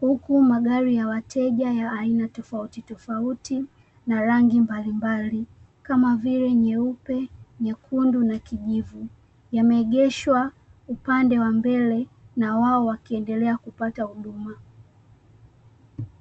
huku magari ya wateja na watu tofauti tofauti na rangi mbalimbali kama vile; nyeupe, nyekundu na kijivu, yameegeshwa upande wa mbele na wao wakiendelea kupata huduma.